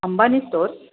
Ambani store